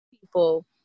people